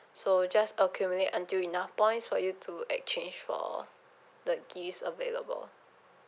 so just accumulate until enough points for you to exchange for the gifts available